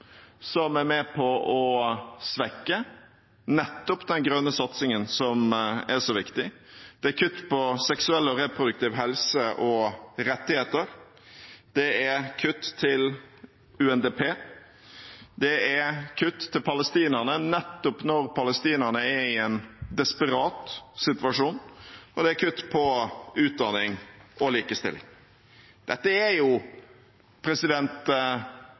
er med på å svekke nettopp den grønne satsingen, som er så viktig. Det er kutt på seksuell og reproduktiv helse og rettigheter. Det er kutt til UNDP. Det er kutt til palestinerne, nettopp når palestinerne er i en desperat situasjon. Og det er kutt på utdanning og likestilling. Dette er